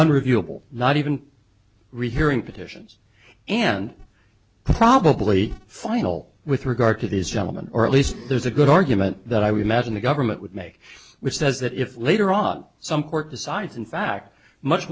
unreviewable not even rehearing petitions and probably final with regard to these gentlemen or at least there's a good argument that i would imagine the government would make which says that if later on some court decides in fact much